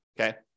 okay